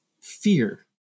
Fear